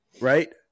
right